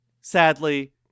sadly